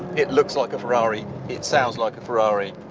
it looks like a ferrari, it sounds like a ferrari,